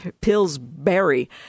Pillsbury